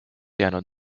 jäänud